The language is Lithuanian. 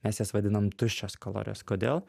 mes jas vadinam tuščios kalorijos kodėl